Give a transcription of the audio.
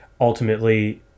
ultimately